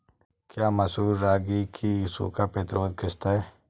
क्या मसूर रागी की सूखा प्रतिरोध किश्त है?